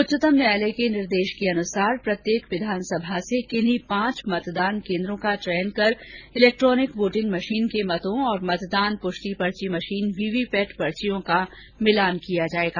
उच्चतम न्यायालय के निर्देश के अनुसार प्रत्येक विधानसभा से किन्ही पांच मतदान केन्द्रों का चयन कर इलेक्ट्रानिक वोटिंग मशीन के मतों और मतदान पुष्टि पर्ची मशीन वीवीपैट पर्चियों का मिलान किया जाएगा